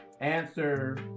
answer